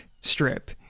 strip